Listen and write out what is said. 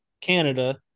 Canada